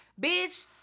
Bitch